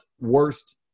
worst